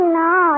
no